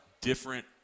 different –